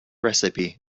recipe